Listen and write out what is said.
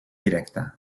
directe